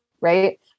right